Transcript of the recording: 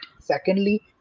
secondly